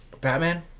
Batman